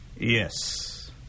Yes